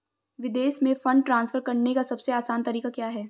विदेश में fund transfer करने का सबसे आसान तरीका क्या है?